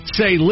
say